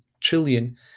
trillion